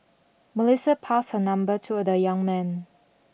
Melissa passed her number to the young man